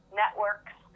networks